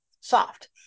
soft